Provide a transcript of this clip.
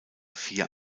vier